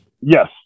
Yes